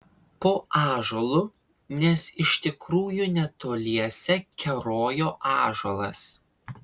po ąžuolu nes iš tikrųjų netoliese kerojo ąžuolas